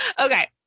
Okay